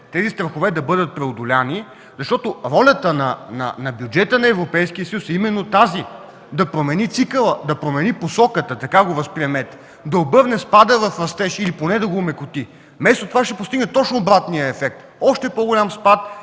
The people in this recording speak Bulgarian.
тези страхове да бъдат преодолени, защото ролята на бюджета на Европейския съюз е именно тази – да промени цикъла, да промени посоката, така го възприемете – да обърне спада в растеж или поне да го омекоти. Вместо това ще постигне точно обратния ефект – още по-голям спад